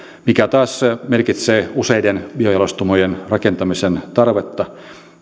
mikä taas merkitsee useiden biojalostamojen rakentamisen tarvetta